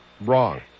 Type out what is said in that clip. Wrong